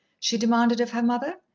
she demanded of her mother.